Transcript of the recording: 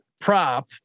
prop